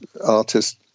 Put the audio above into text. artist